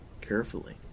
carefully